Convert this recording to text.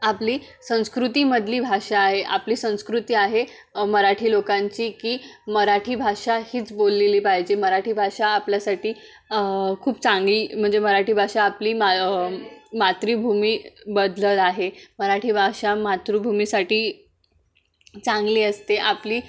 आपली संस्कृतीमधली भाषा आहे आपली संस्कृती आहे मराठी लोकांची की मराठी भाषा हीच बोललेली पाहिजे मराठी भाषा आपल्यासाठी खूप चांगली म्हणजे मराठी भाषा आपली मा मातृभूमी बदल आहे मराठी भाषा मातृभूमीसाठी चांगली असते आपली